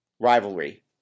Rivalry